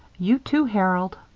you, too, harold.